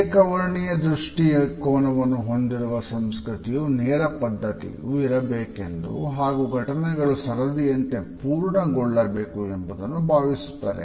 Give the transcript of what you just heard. ಏಕ ವರ್ಣೀಯ ದೃಷ್ಟಿಕೋನವನ್ನು ಹೊಂದಿರುವ ಸಂಸ್ಕೃತಿಯು ನೇರ ಪದ್ಧತಿಯು ಇರಬೇಕೆಂದು ಹಾಗೂ ಘಟನೆಗಳು ಸರದಿಯಂತೆ ಪೂರ್ಣಗೊಳ್ಳಬೇಕು ಎಂದು ಭಾವಿಸುತ್ತದೆ